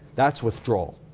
that's withdrawal.